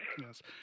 yes